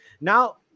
now